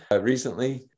recently